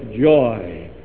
joy